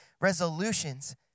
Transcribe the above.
resolutions